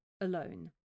alone